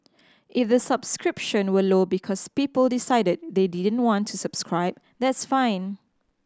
if the subscription were low because people decided they didn't want to subscribe that's fine